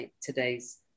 today's